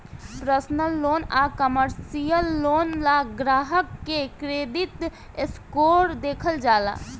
personal loan आ commercial loan ला ग्राहक के क्रेडिट स्कोर देखल जाला